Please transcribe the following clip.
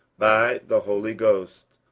by the holy ghost,